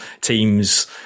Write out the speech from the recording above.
teams